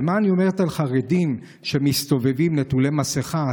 ומה אני אומרת על חרדים שמסתובבים נטולי מסכה?